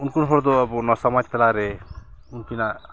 ᱩᱱᱠᱩ ᱦᱚᱲ ᱫᱚ ᱟᱵᱚ ᱱᱚᱣᱟ ᱥᱚᱢᱟᱡᱽ ᱛᱟᱞᱟᱨᱮ ᱩᱱᱠᱤᱱᱟᱜ